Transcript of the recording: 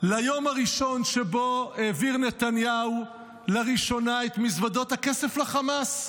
ליום הראשון שבו העביר נתניהו לראשונה את מזוודות הכסף לחמאס.